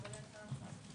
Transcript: הישיבה נעולה.